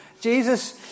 Jesus